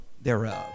thereof